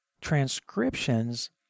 Transcriptions